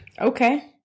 okay